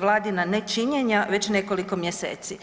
Vladina nečinjenja već nekoliko mjeseci.